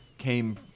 came